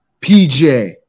PJ